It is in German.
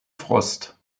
frost